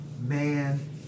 man